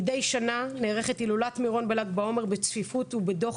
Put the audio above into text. מדי שנה נערכת הילולת מרון בל"ג בעומר בצפיפות ובדוחק,